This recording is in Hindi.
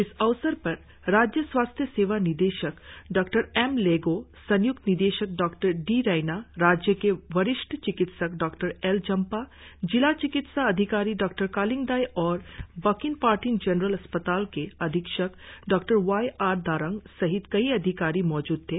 इस अवसर पर राज्य स्वास्थ सेवा निदेशक डॉ एम लेगो संय्क्त निदेशक डॉ डी रैना राज्य के वरिष्ठ चिकित्सक डॉ एल जम्पा जिला चिकित्सा अधिकारी डॉ कालिंग दाई और बाकिन पर्टिन जनरल अस्पताल के अधीक्षक डॉ वाई आर दारांग सहित कई अधिकारी मौजूद थे